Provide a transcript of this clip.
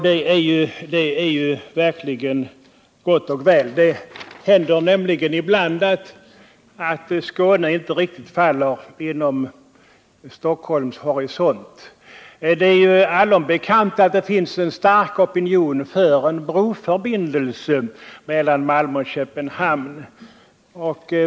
Det är verkligen gott och väl; det händer nämligen ibland att Skåne inte tillräckligt uppmärksammas från Stockholms horisont. Det är allom bekant att det finns en stark opinion för en broförbindelse mellan Malmö och Köpenhamn.